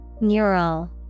Neural